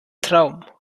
traum